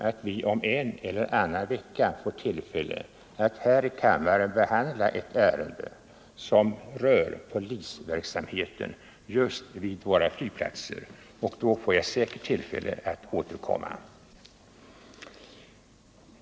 Vi får om en eller annan vecka tillfälle att i kammaren behandla ett ärende som rör polisverksamheten just vid våra flygplatser, och då får jag säkert tillfälle att återkomma.